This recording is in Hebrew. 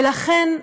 ולכן,